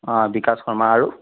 অঁ বিকাশ শৰ্মা আৰু